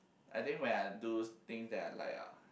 I think when I do things that I like ah